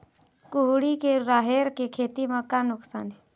कुहड़ी के राहेर के खेती म का नुकसान हे?